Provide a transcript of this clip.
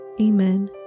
Amen